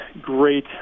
great